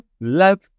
love